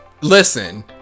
Listen